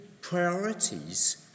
priorities